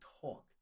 talk